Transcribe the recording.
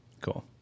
Cool